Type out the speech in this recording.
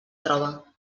troba